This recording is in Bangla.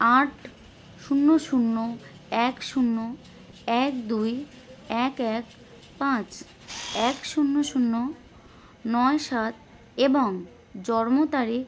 আট শূন্য শূন্য এক শূন্য এক দুই এক এক পাঁচ এক শূন্য শূন্য নয় সাত এবং জন্ম তারিখ